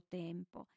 tempo